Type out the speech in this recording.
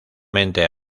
mente